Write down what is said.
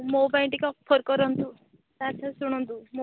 ମୋ ପାଇଁ ଟିକେ ଅଫର୍ କରନ୍ତୁ ସାର୍ ସାର୍ ଶୁଣନ୍ତୁ ମୋ